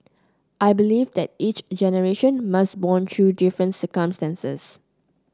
I believe that each generation must bond through different circumstances